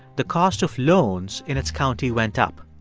the cost of loans in its county went up.